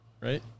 right